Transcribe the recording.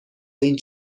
این